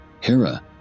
Hera